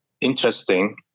interesting